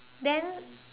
then